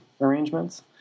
arrangements